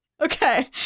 Okay